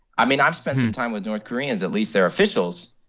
i mean, i've spent some time with north koreans at least, their officials.